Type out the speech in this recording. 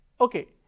okay